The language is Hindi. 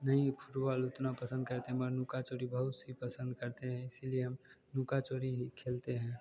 भी फुटबाल इतना पसंद करते हैं मन नुका चोरी बहुत सी पसंद करते हैं इसीलिए नुका चोरी ही खेलते हैं